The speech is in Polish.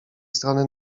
strony